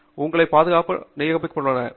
அவர்கள் உங்களை பாதுகாப்பாக நியமித்துள்ளனர்